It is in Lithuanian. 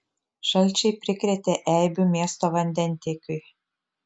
šalčiai prikrėtė eibių miesto vandentiekiui